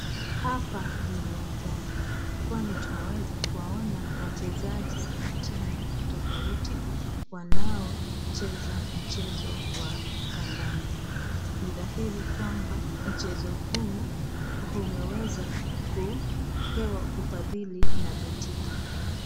Hapa ni uwanjani kwani tunaweza kuwaona wachezaji wa timu tofauti wanaocheza mchezo wa kandanda. Ni dhahiri kwamba mchezo huu umeweza kupewa ufadhili na Betika.